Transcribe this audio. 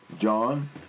John